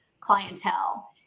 clientele